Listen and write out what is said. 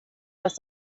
das